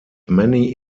many